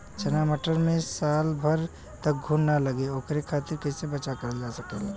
चना मटर मे साल भर तक घून ना लगे ओकरे खातीर कइसे बचाव करल जा सकेला?